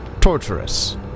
torturous